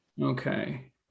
okay